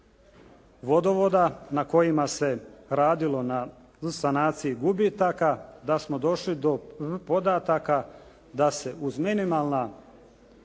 vodovoda na kojima se radilo na sanaciji gubitaka da smo došli do podataka da se uz minimalna